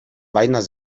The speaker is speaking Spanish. vainas